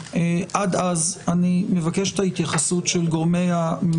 -- שלא להכניס לשדה הפלילי את הקטינים,